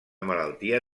malaltia